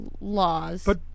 laws